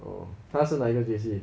oh 她是哪一个 J_C